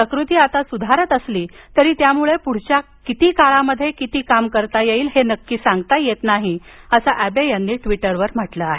प्रकृती आता सुधारत असली तरी त्यामुळे पुढील काळात किती काम करता येईल हे मात्र सांगता येत नाही असं अॅबे यांनी ट्वीटरवर म्हटलं आहे